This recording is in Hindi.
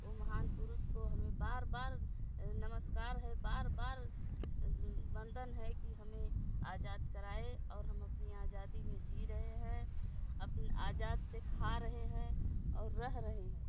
वो महान पुरुष को हमें बार बार नमस्कार है बार बार वंदन है कि हमें आज़ाद कराए और हम अपनी आज़ादी में जी रहे हैं अपनी आज़ादी से खा रहे हैं और रह रहे हैं